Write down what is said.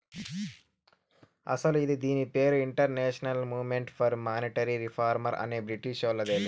అస్సలు ఇది దీని పేరు international movement for monetary reform అనే బ్రిటీషోల్లదిలే